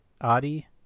Adi